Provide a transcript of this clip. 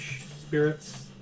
Spirits